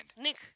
nick